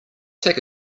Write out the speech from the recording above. take